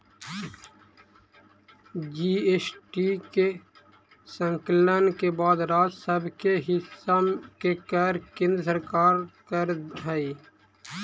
GST के संकलन के बाद राज्य सब के हिस्सा के कर केन्द्र सरकार कर हई